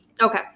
Okay